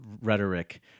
rhetoric